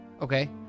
Okay